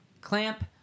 clamp